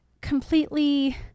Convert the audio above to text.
completely